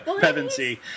Pevensey